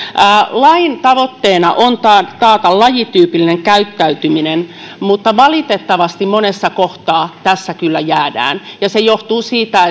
lain tavoitteena on taata taata lajityypillinen käyttäytyminen mutta valitettavasti monessa kohtaa tästä kyllä jäädään se johtuu siitä